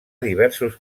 diversos